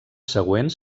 següent